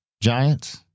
giants